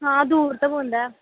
हां दूर ते पौंदा ऐ